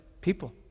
people